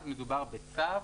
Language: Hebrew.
אז מדובר בצו,